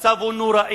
המצב הוא נוראי.